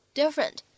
different